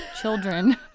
Children